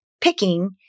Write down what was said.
picking